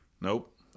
Nope